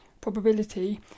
probability